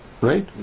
Right